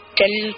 tell